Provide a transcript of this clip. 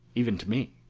even to me.